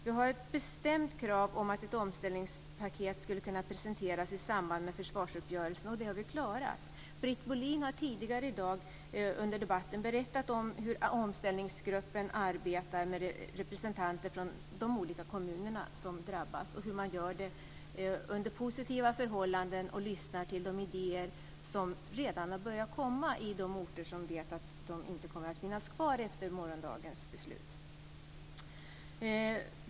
Vi hade ett bestämt krav om att ett omställningspaket skulle kunna presenteras i samband med försvarsuppgörelsen, och det har vi klarat. Britt Bohlin har tidigare i dag under debatten berättat om hur omställningsgruppen arbetar med representanter från de olika kommuner som drabbas. Man gör det under positiva förhållanden och lyssnar till de idéer som redan har börjat komma i de orter där man vet att man inte kommer att finnas med efter morgondagens beslut.